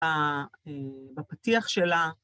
בפתיח שלה.